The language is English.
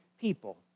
people